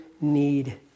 need